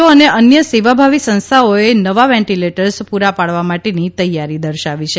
ઓ અને અન્ય સેવાભાવી સંસ્થાઓએ નવા વેન્ટીલેટર્સ પૂરા પાડવા માટેની તૈયારી દર્શાવાઇ છે